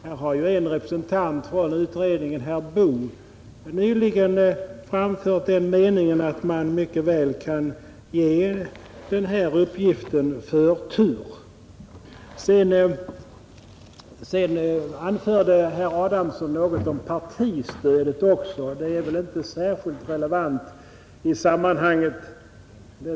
Här har en representant för utredningen, herr Boo, nyligen framfört den meningen att man mycket väl kan ge den här uppgiften förtur. Herr Adamsson anförde också något om partistödet. Det är väl inte särskilt relevant i sammanhanget.